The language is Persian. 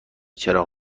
چراغ